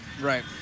Right